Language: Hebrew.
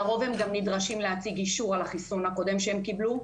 לרוב הם נדרשים להציג אישור על החיסון הקודם שהם קיבלו,